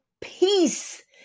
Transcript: peace